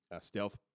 stealth